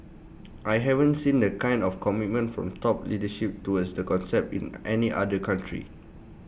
I haven't seen the kind of commitment from top leadership towards the concept in any other country